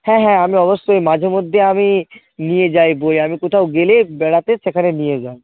হ্যাঁ হ্যাঁ আমি অবশ্যই মাঝে মধ্যে আমি নিয়ে যাই বই আমি কোথাও গেলে বেড়াতে সেখানে নিয়ে যাই